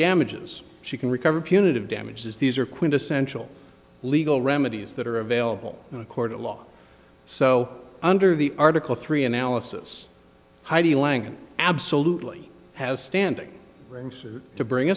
damages she can recover punitive damages these are quintessential legal remedies that are available in a court of law so under the article three analysis heidi lange absolutely has standing to bring